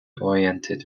oriented